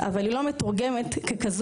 אבל היא לא מתורגמת ככזו,